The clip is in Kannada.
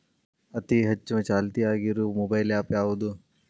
ಅತಿ ಹೆಚ್ಚ ಚಾಲ್ತಿಯಾಗ ಇರು ಮೊಬೈಲ್ ಆ್ಯಪ್ ಯಾವುದು?